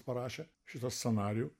parašė šitą scenarijų